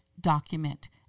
document